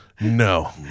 No